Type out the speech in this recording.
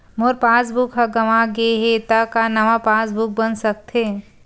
मोर passbook ह गंवा गे हे त का नवा पास बुक बन सकथे?